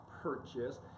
purchase